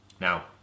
now